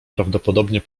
prawdopodobnie